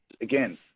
Again